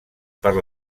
per